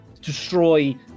destroy